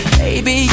baby